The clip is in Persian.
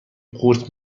قورت